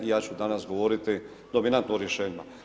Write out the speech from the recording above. Ja ću danas govoriti, dominantno o rješenjima.